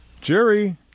jerry